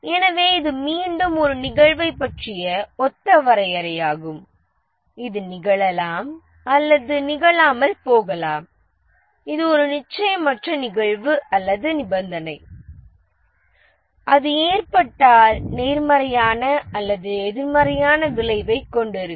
எனவே இது மீண்டும் ஒரு நிகழ்வைப் பற்றிய ஒத்த வரையறையாகும் இது நிகழலாம் அல்லது நிகழாமல் போகலாம் இது ஒரு நிச்சயமற்ற நிகழ்வு அல்லது நிபந்தனை அது ஏற்பட்டால் நேர்மறையான அல்லது எதிர்மறையான விளைவைக் கொண்டிருக்கும்